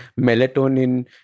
melatonin